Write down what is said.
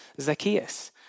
Zacchaeus